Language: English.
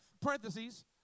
parentheses